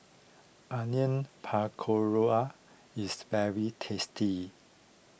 Onion Pakora is very tasty